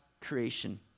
creation